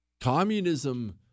Communism